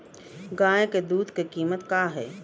गाय क दूध क कीमत का हैं?